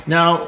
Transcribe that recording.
Now